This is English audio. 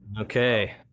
Okay